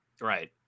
Right